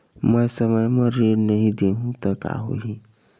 मैं समय म ऋण नहीं देहु त का होही